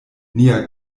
nia